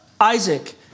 Isaac